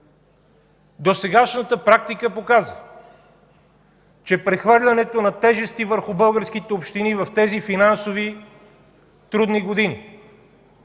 Досегашната практика показа, че прехвърлянето на тежести върху българските общини в тези финансово трудни години